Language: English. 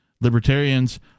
Libertarians